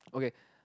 okay